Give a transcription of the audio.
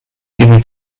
given